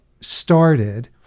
started